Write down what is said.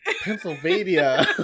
Pennsylvania